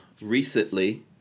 recently